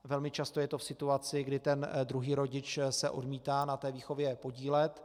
Velmi často je to v situaci, kdy ten druhý rodič se odmítá na výchově podílet.